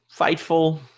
Fightful